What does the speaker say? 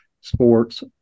sports